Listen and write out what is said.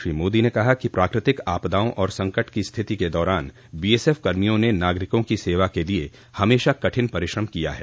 श्री मोदी ने कहा कि प्राकृतिक आपदाओं और संकट की स्थिति के दौरान बीएसएफ कर्मियों ने नागरिकों की सेवा के लिए हमेशा कठिन परिश्रम किया है